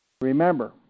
Remember